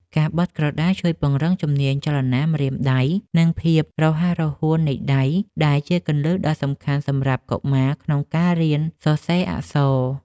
ការបត់ក្រដាសជួយពង្រឹងជំនាញចលនាម្រាមដៃ និងភាពរហ័សរហួននៃដៃ ដែលជាគ្រឹះដ៏សំខាន់សម្រាប់កុមារក្នុងការរៀនសរសេរអក្សរ។